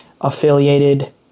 affiliated